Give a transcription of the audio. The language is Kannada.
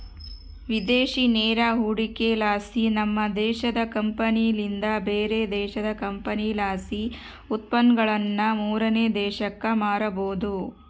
ವಿದೇಶಿ ನೇರ ಹೂಡಿಕೆಲಾಸಿ, ನಮ್ಮ ದೇಶದ ಕಂಪನಿಲಿಂದ ಬ್ಯಾರೆ ದೇಶದ ಕಂಪನಿಲಾಸಿ ಉತ್ಪನ್ನಗುಳನ್ನ ಮೂರನೇ ದೇಶಕ್ಕ ಮಾರಬೊದು